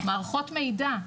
מערכות מידע,